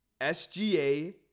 SGA